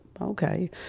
okay